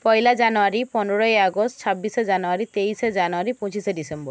পয়লা জানুয়ারি পনেরোই আগস্ট ছাব্বিশে জানুয়ারি তেইশে জানুয়ারি পঁচিশে ডিসেম্বর